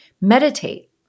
Meditate